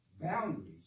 boundaries